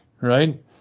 right